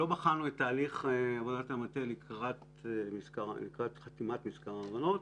לא בחנו את תהליך עבודת המטה לקראת חתימת מזכר ההבנות